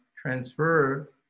transfer